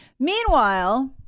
Meanwhile